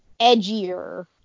edgier